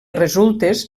resultes